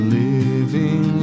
living